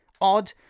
Odd